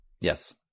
Yes